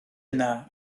yna